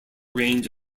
range